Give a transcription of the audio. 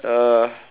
uh